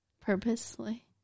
purposely